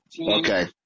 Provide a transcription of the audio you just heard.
Okay